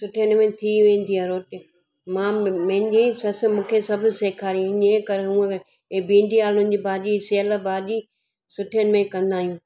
सुठे नमूने थी वेंदी आहे रोटी मां मुंहिंजी ससु मूंखे सभु सेखारियईं हीअं कर इहे भिंडी आलुनि जी भाॼी सिहल भाॼी सुठे नमूने कंदा आहियूं